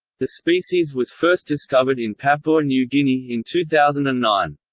the species was first discovered in papua new guinea in two thousand and nine.